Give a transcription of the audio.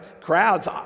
crowds